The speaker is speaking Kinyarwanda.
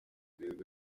perezida